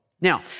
Now